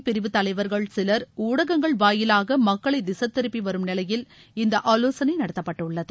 பிரிவு தலைவர்கள் சிவர் ஊடகங்கள் வாயிலாக மக்களை திசைதிருப்பி வரும் நிலையில் இந்த ஆவோசனை நடத்தப்பட்டுள்ளது